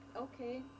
Okay